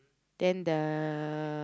then the